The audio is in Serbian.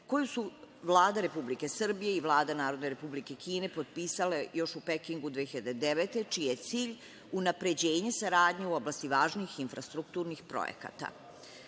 koju su Vlada Republike Srbije i Vlada Narodne Republike Kine potpisale još u Pekingu 2009. godine, čiji je cilj unapređenje saradnje u oblasti važnih infrastrukturnih